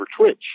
Twitch